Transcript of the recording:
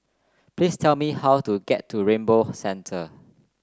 please tell me how to get to Rainbow Centre